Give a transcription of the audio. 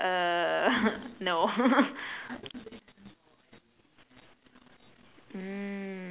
err no mm